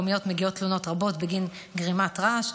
למשטרת ישראל ולרשויות המקומיות מגיעות תלונות רבות בגין גרימת רעש.